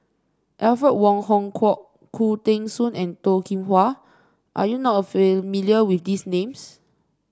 Alfred Wong Hong Kwok Khoo Teng Soon and Toh Kim Hwa are you not familiar with these names